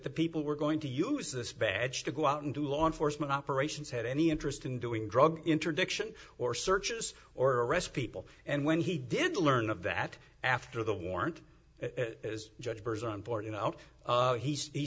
the people were going to use this badge to go out and do law enforcement operations had any interest in doing drug interdiction or searches or arrest people and when he did learn of that after the warrant is judge birds on board you know he's